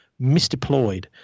misdeployed